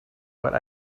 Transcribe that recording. what